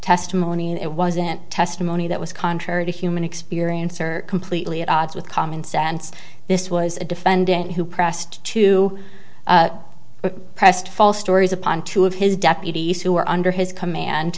testimony and it wasn't testimony that was contrary to human experience or completely at odds with common sense this was a defendant who pressed to pressed false stories upon two of his deputies who were under his command